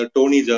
Tony